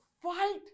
fight